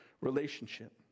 relationship